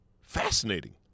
fascinating